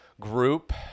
group